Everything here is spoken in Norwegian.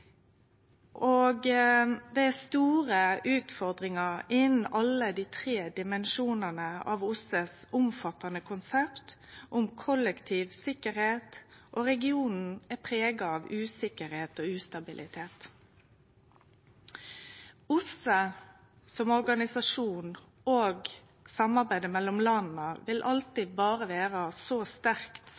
medlemsland. Det er store utfordringar innan alle dei tre dimensjonane av OSSEs omfattande konsept om kollektiv sikkerheit, og regionen er prega av usikkerheit og ustabilitet. OSSE som organisasjon og samarbeidet mellom landa vil alltid berre vere så